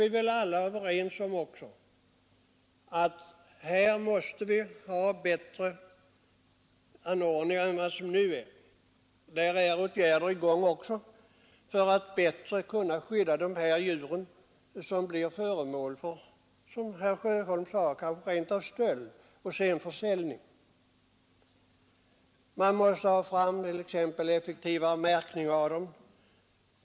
Vi är väl alla överens om att vi måste ha bättre anordningar än de nuvarande. Åtgärder är också planerade för att på ett bättre sätt kunna skydda djur som blir stulna och som sedan säljes — som herr Sjöholm sade. Vi måste t.ex. ha en effektivare märkning av djuren.